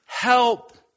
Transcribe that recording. help